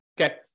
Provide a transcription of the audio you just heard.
Okay